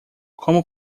como